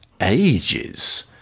ages